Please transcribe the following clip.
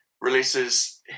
releases